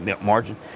margin